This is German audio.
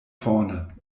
vorne